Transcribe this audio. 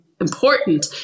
important